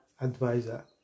advisor